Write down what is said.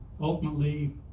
ultimately